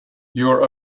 your